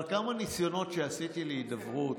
אבל כמה ניסיונות שעשיתי להידברות,